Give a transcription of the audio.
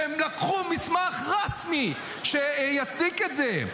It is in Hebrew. והם לקחו מסמך רשמי שיצדיק את זה.